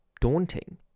daunting